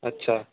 अच्छा